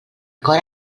cor